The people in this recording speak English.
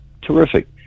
terrific